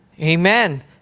Amen